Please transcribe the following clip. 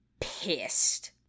pissed